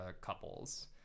couples